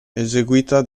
eseguita